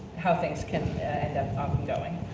how things can end up often going.